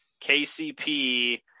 KCP